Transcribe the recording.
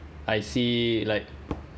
I see like